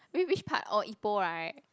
wait which part oh Ipoh right